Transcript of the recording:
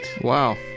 Wow